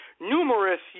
numerous